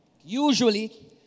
Usually